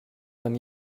than